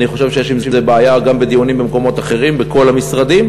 אני חושב שיש עם זה בעיה גם בדיונים במקומות אחרים בכל המשרדים.